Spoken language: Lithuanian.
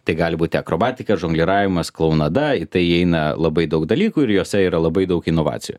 tai gali būti akrobatika žongliravimas klounada į tai įeina labai daug dalykų ir jose yra labai daug inovacijų